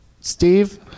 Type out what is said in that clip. Steve